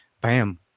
bam